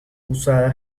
usada